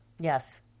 Yes